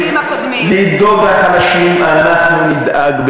לחלשים אנחנו נדאג,